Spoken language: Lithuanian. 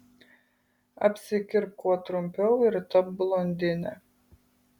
apsikirpk kuo trumpiau ir tapk blondine